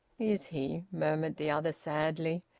is he? murmured the other sadly.